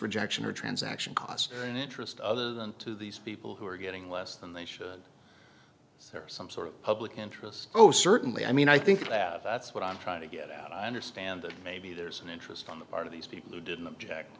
rejection or transaction costs and interest other than to these people who are getting less than they should so there are some sort of public interest oh certainly i mean i think that that's what i'm trying to get out i understand that maybe there's an interest on the part of these people who didn't object